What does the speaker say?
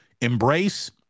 embrace